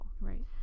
Right